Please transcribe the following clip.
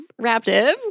Raptive